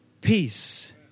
peace